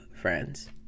friends